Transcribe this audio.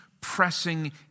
pressing